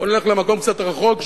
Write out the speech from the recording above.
בואו נלך למקום קצת רחוק,